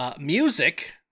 Music